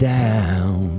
down